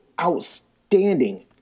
outstanding